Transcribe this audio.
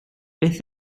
beth